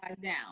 down